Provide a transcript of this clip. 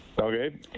Okay